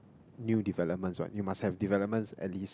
new developments right you must have developments at least